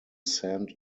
sent